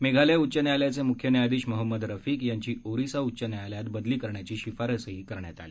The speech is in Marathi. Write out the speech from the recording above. मेघालय उच्च न्यायालयाचे मुख्य न्यायाधीश मोहम्मद रफिक यांची ओरिसा उच्च न्यायालयात बदली करण्याची शिफारसही करण्यात आली